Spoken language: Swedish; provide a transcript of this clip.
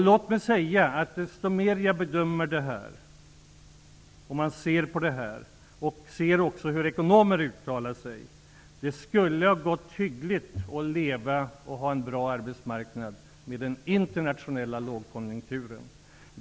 Ju mer jag studerar situationen, och också hör hur ekonomer uttalar sig, bedömer jag det som att det skulle ha gått att leva hyggligt, ha en bra arbetsmarknad, med den internationella lågkonjunkturen.